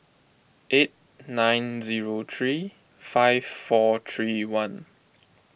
eight nine zero three five four three one